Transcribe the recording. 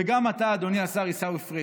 וגם אתה, אדוני השר עיסאווי פריג'.